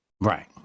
Right